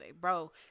Bro